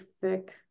thick